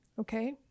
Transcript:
Okay